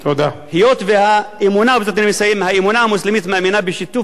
היות שהאמונה המוסלמית מאמינה בשיתוף